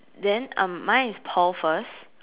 then um mine is Paul first